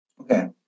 okay